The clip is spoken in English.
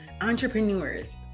entrepreneurs